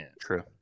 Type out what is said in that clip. True